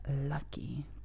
lucky